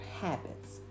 habits